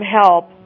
help